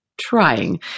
trying